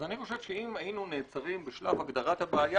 אז אני חושב שאם היינו נעצרים בשלב הגדרת הבעיה,